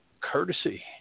courtesy